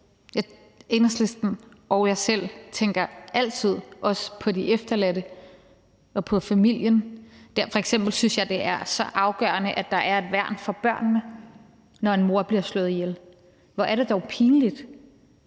Enhedslisten og jeg selv tænker altid også på de efterladte og på familien. Derfor synes jeg f.eks., at det er så afgørende, at der er et værn for børnene, når en mor bliver slået ihjel. Hvor er det dog pinligt,